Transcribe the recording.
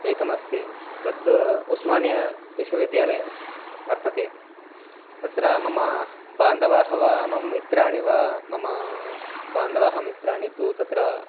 एकमस्ति तत् उस्मानिया विश्वविद्यालयः वर्तते तत्र मम बान्धवाः वा मम मित्राणि वा मम बान्धावाः मित्राणि तु तत्र